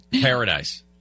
Paradise